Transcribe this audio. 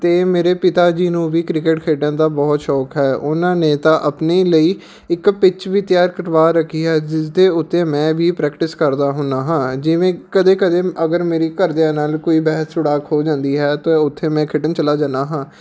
ਅਤੇ ਮੇਰੇ ਪਿਤਾ ਜੀ ਨੂੰ ਵੀ ਕ੍ਰਿਕਟ ਖੇਡਣ ਦਾ ਬਹੁਤ ਸ਼ੌਂਕ ਹੈ ਉਹਨਾਂ ਨੇ ਤਾਂ ਆਪਣੇ ਲਈ ਇੱਕ ਪਿੱਚ ਵੀ ਤਿਆਰ ਕਰਵਾ ਰੱਖੀ ਹੈ ਜਿਸਦੇ ਉੱਤੇ ਮੈਂ ਵੀ ਪ੍ਰੈਕਟਿਸ ਕਰਦਾ ਹੁੰਦਾ ਹਾਂ ਜਿਵੇਂ ਕਦੇ ਕਦੇ ਅਗਰ ਮੇਰੀ ਘਰਦਿਆਂ ਨਾਲ ਕੋਈ ਬਹਿਸ ਸੁੜਾਕ ਹੋ ਜਾਂਦੀ ਹੈ ਤਾਂ ਉੱਥੇ ਮੈਂ ਖੇਡਣ ਚਲਾ ਜਾਂਦਾ ਹਾਂ